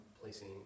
placing